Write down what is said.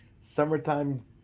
summertime